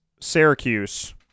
Syracuse